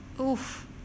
oof